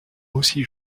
aussi